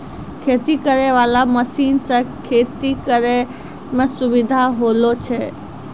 खेती करै वाला मशीन से खेती करै मे सुबिधा होलो छै